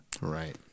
Right